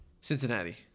Cincinnati